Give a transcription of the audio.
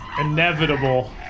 inevitable